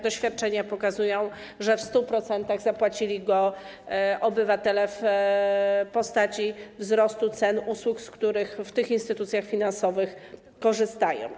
Doświadczenia pokazują, że w 100% zapłacili go obywatele w postaci wzrostu cen usług, z których w tych instytucjach finansowych korzystają.